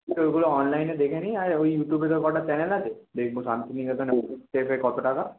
ওইগুলো অনলাইনে দেখে নিই আর ওই ইউটিউবেরও কটা চ্যানেল আছে দেখবো শান্তিনিকেতনে ঘুরতে যেতে কতো টাকা